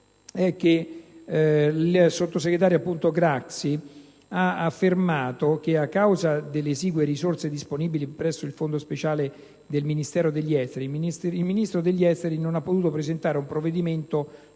presentata, ha affermato che, a causa delle esigue risorse disponibili presso il Fondo speciale del Ministero degli esteri, il Ministro degli esteri non ha potuto presentare un provvedimento